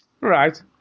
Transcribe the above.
Right